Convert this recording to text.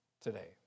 today